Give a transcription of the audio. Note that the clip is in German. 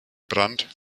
brand